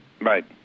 Right